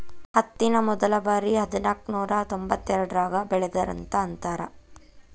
ಹತ್ತಿನ ಮೊದಲಬಾರಿ ಹದನಾಕನೂರಾ ತೊಂಬತ್ತೆರಡರಾಗ ಬೆಳದರಂತ ಅಂತಾರ